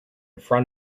front